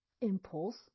impulse